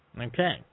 Okay